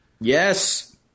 Yes